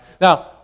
Now